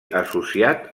associat